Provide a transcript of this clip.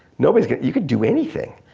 nobodies gonna, you could do anything.